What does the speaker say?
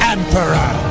Emperor